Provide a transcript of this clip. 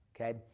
okay